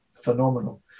phenomenal